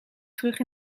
terug